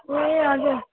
ए हजुर